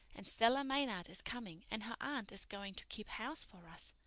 and stella maynard is coming, and her aunt is going to keep house for us.